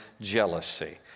jealousy